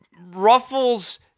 ruffles